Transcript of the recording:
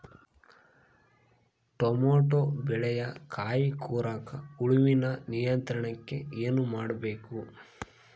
Tomato ಬೆಳೆಯ ಕಾಯಿ ಕೊರಕ ಹುಳುವಿನ ನಿಯಂತ್ರಣಕ್ಕೆ ಏನು ಮಾಡಬೇಕು?